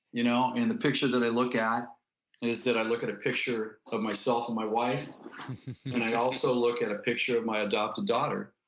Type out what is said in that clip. you know and the picture that i look at is that i look at a picture of myself and my wife and i also look at a picture of my adopted daughter.